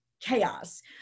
chaos